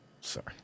Sorry